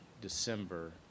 December